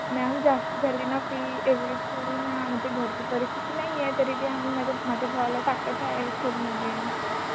ma'am जास्त झाली ना फी एवढी थोडी ना म्हणजे घरची परिस्थिती नाही आहे तरीही आम्ही माझ्या माझ्या भावाला टाकत आहे स्कूलमध्ये